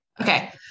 Okay